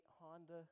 Honda